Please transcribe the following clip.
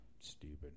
stupid